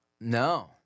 No